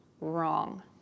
wrong